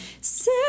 say